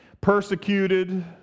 persecuted